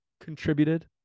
contributed